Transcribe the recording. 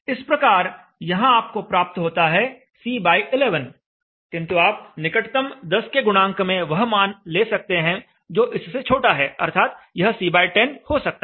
इस प्रकार यहाँ आपको प्राप्त होता है C11 किंतु आप निकटतम 10 के गुणांक में वह मान ले सकते हैं जो इस से छोटा है अर्थात यह C10 हो सकता है